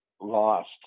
lost